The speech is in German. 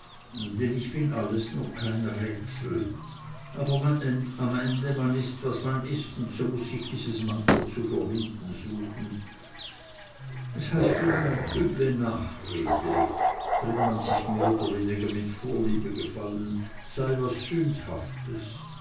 denn ich bin alles nur kein rätsel aber am ende man ist wie man ist und so muß ich dies manko zu verwinden suchen es heißt immer üble nachrede drin man sich mehr oder weniger mit vorliebe gefalle sei was sündhaftes